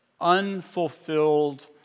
unfulfilled